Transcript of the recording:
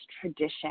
tradition